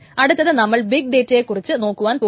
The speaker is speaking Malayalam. അടുത്തത് നമ്മൾ ബിഗ് ഡേറ്റയെ കുറിച്ചു നോക്കുവാൻ പോകുന്നു